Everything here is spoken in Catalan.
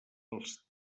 pels